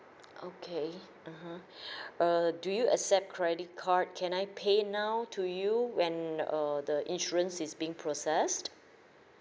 okay (uh huh) uh do you accept credit card can I pay now to you when uh the insurance is being processed